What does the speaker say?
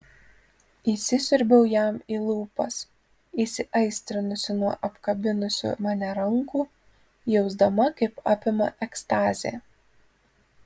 įsisiurbiau jam į lūpas įsiaistrinusi nuo apkabinusių mane rankų jausdama kaip apima ekstazė